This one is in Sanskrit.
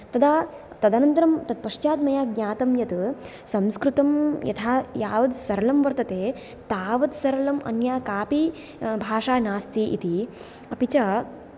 तदा तदनन्तरं तत्पश्चात् मया ज्ञातं यत् संस्कृतं यथा यावत् सरलं वर्तते तावत् सरलम् अन्या कापि भाषा नास्ति इति अपि च